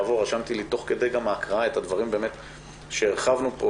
רשמתי לי תוך כדי ההקראה את הדברים שהרחבנו פה,